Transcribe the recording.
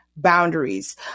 boundaries